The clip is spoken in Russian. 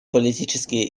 политические